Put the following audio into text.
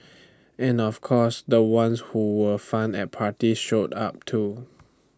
and of course the ones who were fun at parties showed up too